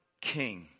King